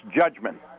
judgment